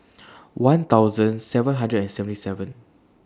one thousand seven hundred and seventy seven